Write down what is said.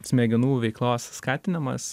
smegenų veiklos skatinimas